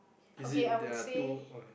is it there are two okay